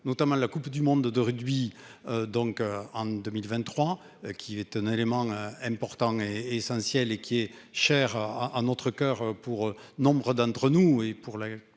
notamment la Coupe du monde de rugby. Donc en 2023, qui est un élément important et est essentiel et qui est cher à notre coeur pour nombre d'entre nous et pour la